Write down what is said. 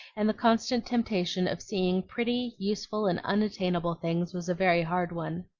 and the constant temptation of seeing pretty, useful, and unattainable things was a very hard one.